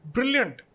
Brilliant